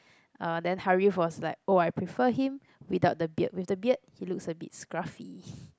uh then Harif was like oh I prefer him without the beard with the beard he looks a bit scruffy